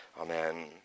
Amen